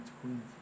Queens